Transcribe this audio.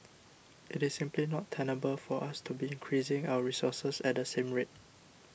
it is simply not tenable for us to be increasing our resources at the same rate